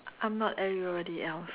I'm not everybody else